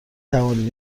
توانید